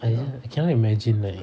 I just I cannot imagine like